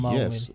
yes